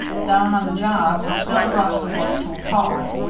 down on the job the snow brought the work to a pause,